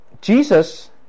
Jesus